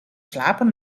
slapen